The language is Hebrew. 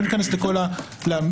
לא ניכנס לכל הטרמינולוגיה.